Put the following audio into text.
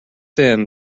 then